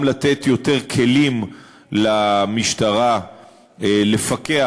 גם לתת יותר כלים למשטרה לפקח,